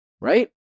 right